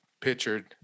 pictured